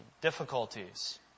difficulties